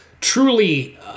truly